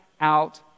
out